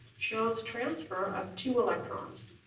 shows transfer of two electrons.